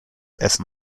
essen